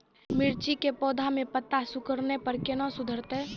मिर्ची के पौघा मे पत्ता सिकुड़ने पर कैना सुधरतै?